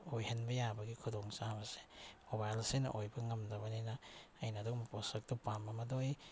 ꯑꯣꯏꯍꯟꯕ ꯌꯥꯕꯒꯤ ꯈꯨꯗꯣꯡ ꯆꯥꯕꯁꯦ ꯃꯣꯕꯥꯏꯜꯁꯤꯅ ꯑꯣꯏꯕ ꯉꯝꯗꯕꯅꯤꯅ ꯑꯩꯅ ꯑꯗꯨꯒꯨꯝꯕ ꯄꯣꯠꯁꯛꯇꯣ ꯄꯥꯝꯕ ꯃꯗꯨ ꯑꯩ